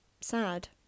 sad